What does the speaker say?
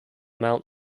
mount